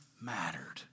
mattered